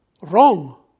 Wrong